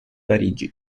parigi